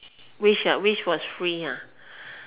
wish ah wish was free !huh!